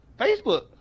Facebook